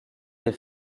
des